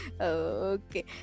Okay